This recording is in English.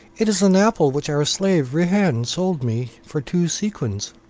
it is an apple which our slave rihan sold me for two sequins.